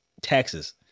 taxes